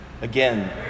again